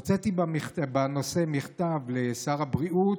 הוצאתי בנושא מכתב לשר הבריאות,